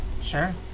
Sure